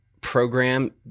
program